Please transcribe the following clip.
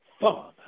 Father